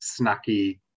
snacky